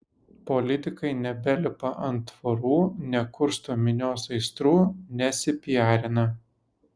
politikai nebelipa ant tvorų nekursto minios aistrų nesipiarina